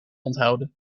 onthouden